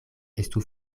estu